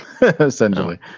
essentially